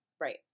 Right